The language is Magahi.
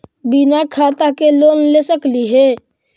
बिना खाता के लोन ले सकली हे?